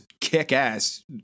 kick-ass